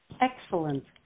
Excellent